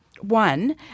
One